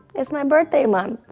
it's my birthday month.